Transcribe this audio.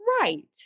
Right